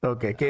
Okay